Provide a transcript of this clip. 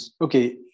Okay